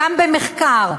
גם במחקר,